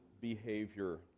behavior